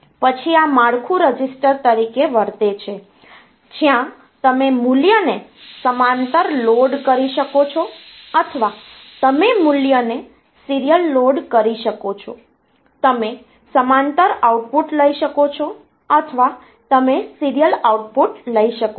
પછી આ માળખું રજિસ્ટર તરીકે વર્તે છે જ્યાં તમે મૂલ્યને સમાંતર લોડ કરી શકો છો અથવા તમે મૂલ્યને સીરીયલ લોડ કરી શકો છો તમે સમાંતર આઉટપુટ લઈ શકો છો અથવા તમે સીરીયલ આઉટપુટ લઈ શકો છો